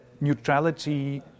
neutrality